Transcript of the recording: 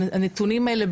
והנתונים האלה,